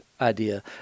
idea